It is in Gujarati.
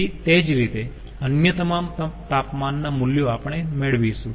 તેથી તે જ રીતે અન્ય તમામ તાપમાનના મૂલ્યો આપણે મેળવીશું